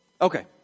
Okay